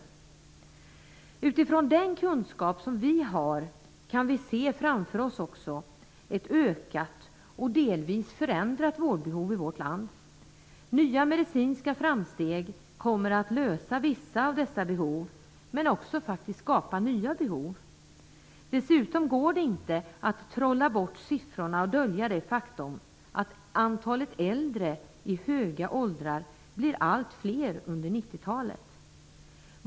Med utgångspunkt i den kunskap vi har kan vi se framför oss ett ökat och delvis förändrat vårdbehov i vårt land. Nya medicinska framsteg kommer att uppfylla vissa av dessa behov men också faktiskt skapa nya behov. Dessutom går det inte att trolla bort siffror och dölja att antalet äldre blir allt fler under 90-talet.